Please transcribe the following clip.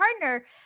partner